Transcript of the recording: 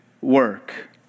work